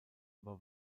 aber